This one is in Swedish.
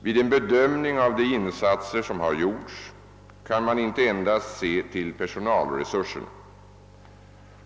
Vid en bedömning av de insatser som har gjorts kan man inte endast se till personalresurserna.